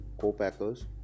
co-packers